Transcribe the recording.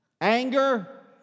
anger